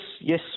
yes